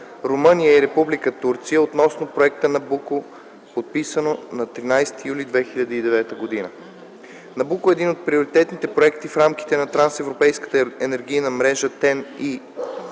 Румъния и Република Турция относно проекта „Набуко”, подписано на 13 юли 2009 г. „Набуко” е един от приоритетните проекти в рамките на Трансевропейската енергийна мрежа (TEN-E),